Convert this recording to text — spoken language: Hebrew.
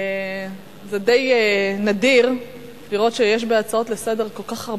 זה די נדיר לראות הצעות לסדר-היום כל